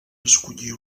escollir